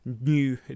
new